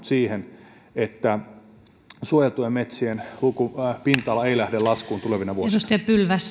siihen että suojeltujen metsien pinta ala ei lähde laskuun tulevina vuosina